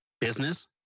business